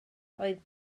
oedd